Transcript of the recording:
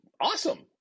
awesome